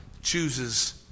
chooses